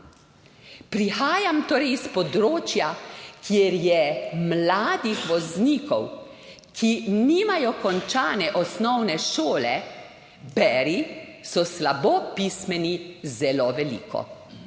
Prihajam s področja, kjer je mladih voznikov, ki nimajo končane osnovne šole, beri, da so slabo pismeni, zelo veliko.